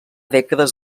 dècades